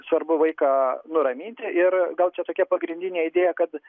svarbu vaiką nuraminti ir gal čia tokia pagrindinė idėja kad